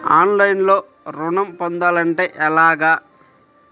ఆన్లైన్లో ఋణం పొందాలంటే ఎలాగా?